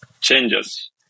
changes